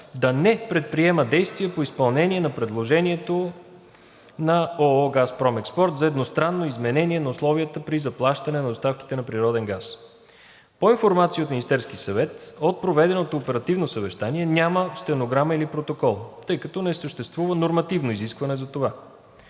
да не предприема действия по изпълнение на предложението на ООО „Газпром Експорт“ за едностранно изменение на условията при заплащане на доставката на природен газ. По информация от Министерския съвет от проведеното оперативно съвещание няма стенограма или протокол, тъй като не съществува нормативно изискване за това.